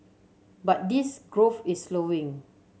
but this growth is slowing